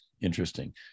Interesting